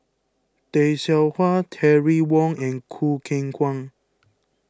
Tay Seow Huah Terry Wong and Choo Keng Kwang